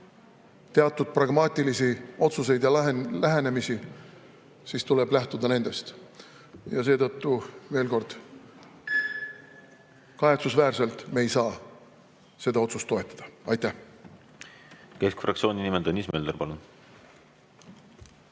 teatud pragmaatilisi otsuseid ja lähenemisi, siis tuleb lähtuda nendest. Seetõttu, veel kord, kahetsusväärselt me ei saa seda otsust toetada. Aitäh! Keskfraktsiooni nimel Tõnis Mölder,